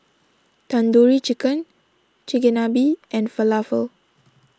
Tandoori Chicken Chigenabe and Falafel